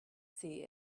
see